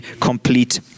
complete